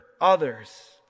others